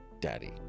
Daddy